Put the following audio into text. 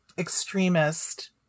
extremist